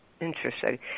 Interesting